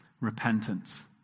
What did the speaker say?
repentance